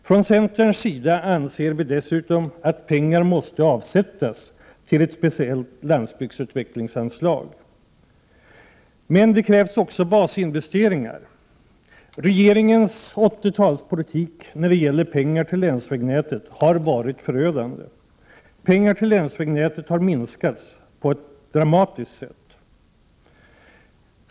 Från centerns sida anser vi dessutom att pengar måste avsättas till ett speciellt landsbygdsutvecklingsanslag. Men det krävs också basinvesteringar. Regeringens 80-talspolitik när det gäller pengar till länsvägnätet har också varit förödande. Anslagen till länsvägnätet har minskats på ett dramatiskt sätt.